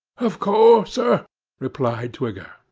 of course, sir replied twigger.